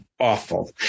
awful